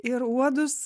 ir uodus